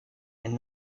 and